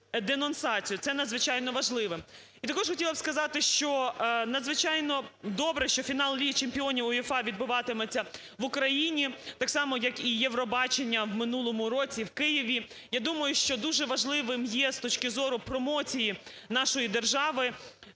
Це надзвичайно важливо. І також хотіла б сказати, що надзвичайно добре, що фінал Ліги чемпіонів УЄФА відбуватиметься в Україні, так само, як і "Євробачення" в минулому році в Києві. Я думаю, що дуже важливим є з точки зору промоції нашої держави,